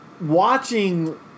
watching